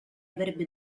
avrebbe